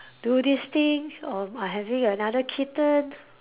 do this thing or are having another kitten